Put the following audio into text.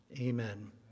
amen